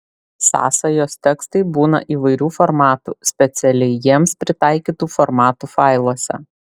sąsajos tekstai būna įvairių formatų specialiai jiems pritaikytų formatų failuose